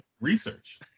research